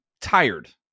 tired